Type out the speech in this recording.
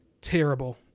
terrible